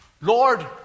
Lord